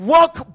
Walk